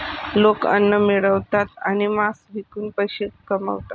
लोक अन्न मिळवतात आणि मांस विकून पैसे कमवतात